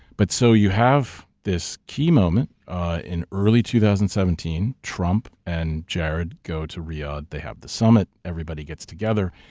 but so you have this key moment in early two thousand and seventeen, trump and jared go to riyadh, they have the summit, everybody gets together.